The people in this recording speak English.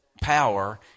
power